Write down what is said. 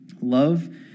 Love